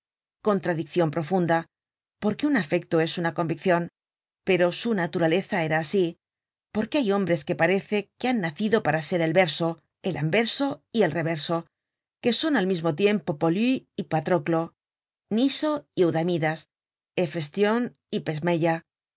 contradiccion profunda porque un afecto es una conviccion pero su naturaleza era asi porque hay hombres que parece que han nacido para ser el verso el anverso y el reverso que son al mismo tiempo polux y patroclo niso y eudamidas efestion y